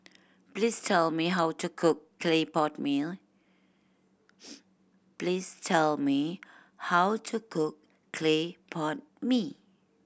please tell me how to cook clay pot mee